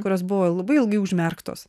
kurios buvo labai ilgai užmerktos